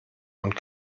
und